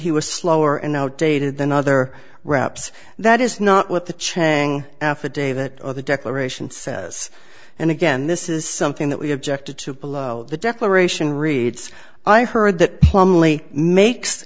he was slower and outdated than other wraps that is not what the chuang affidavit of the declaration says and again this is something that we objected to below the declaration reads i heard that